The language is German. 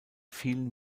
vielen